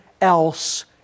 else